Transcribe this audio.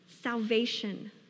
salvation